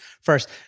first